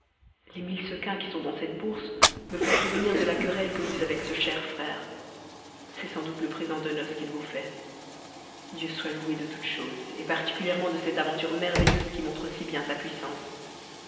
les mille sequins qui sont dans cette bourse me font souvenir de la querelle que j'eus avec ce cher frère c'est sans doute le présent de noce qu'il vous fait dieu soit loué de toutes choses et particulièrement de cette aventure merveilleuse qui montre si bien sa puissance